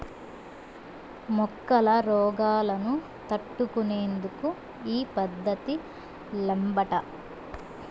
మొక్కల రోగాలను తట్టుకునేందుకు ఈ పద్ధతి లాబ్మట